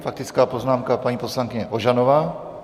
Faktická poznámka, paní poslankyně Ožanová.